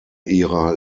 ihrer